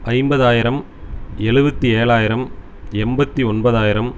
ஐம்பதாயிரம் எழுபத்தி ஏழாயிரம் எண்பத்தி ஒன்பதாயிரம்